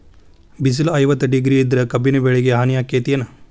ಬಿಸಿಲ ಐವತ್ತ ಡಿಗ್ರಿ ಇದ್ರ ಕಬ್ಬಿನ ಬೆಳಿಗೆ ಹಾನಿ ಆಕೆತ್ತಿ ಏನ್?